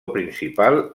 principal